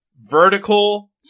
vertical